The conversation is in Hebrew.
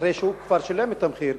אחרי שהוא כבר שילם את המחיר,